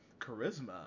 charisma